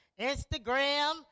Instagram